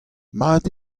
mat